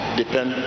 depend